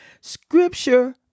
Scripture